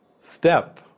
step